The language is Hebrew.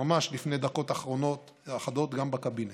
ממש לפני דקות אחדות גם בקבינט.